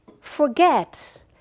forget